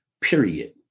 period